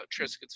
Triscuit's